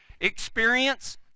experience